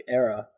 era